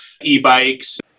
e-bikes